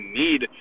need